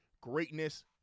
greatness